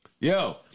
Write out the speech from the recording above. Yo